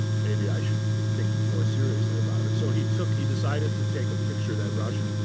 maybe i should think more seriously about it. so he took, he decided to take a picture that rauschenberg,